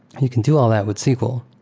you can do all that with sql.